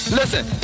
listen